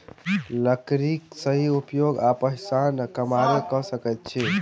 लकड़ीक सही उपयोग आ पहिचान कमारे क सकैत अछि